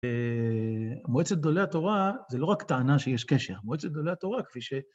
ומועצת גדולי התורה זה לא רק טענה שיש קשר, מועצת גדולי התורה כפי ש...